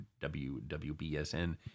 WWBSN